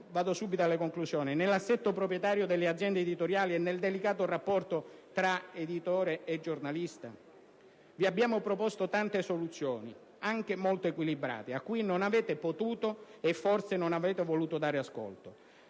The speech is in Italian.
nell'assetto proprietario delle aziende editoriali e nel delicato rapporto tra editore e giornalista? Vi abbiamo proposto tante soluzioni, anche molto equilibrate, a cui non avete potuto (e forse non avete voluto) dare ascolto.